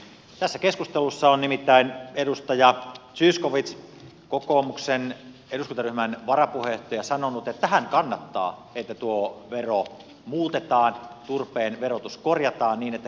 tässä keskustelussa on nimittäin edustaja zyskowicz kokoomuksen eduskuntaryhmän varapuheenjohtaja sanonut että hän kannattaa että tuo vero muutetaan että turpeen verotus korjataan niin että kilpailukyky säilyy